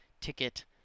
ticket